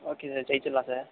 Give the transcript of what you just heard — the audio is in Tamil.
ஓகே சார் ஜெயிச்சிடலாம் சார்